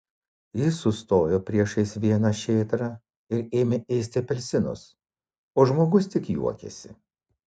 jis sustojo priešais vieną šėtrą ir ėmė ėsti apelsinus o žmogus tik juokėsi